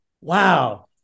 wow